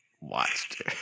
watched